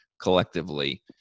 collectively